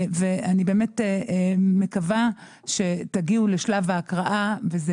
אני באמת מקווה שתגיעו לשלב ההקראה וזה